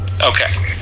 okay